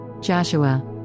Joshua